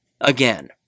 Again